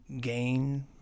gain